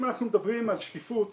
אם אנחנו מדברים על שקיפות,